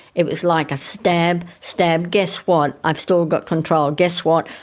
it was like a stab, stab guess what, i've still got control, guess what,